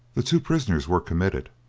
the two prisoners were committed,